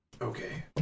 Okay